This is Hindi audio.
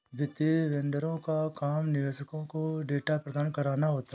वित्तीय वेंडरों का काम निवेशकों को डेटा प्रदान कराना होता है